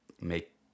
make